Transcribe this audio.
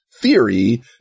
theory